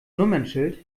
nummernschild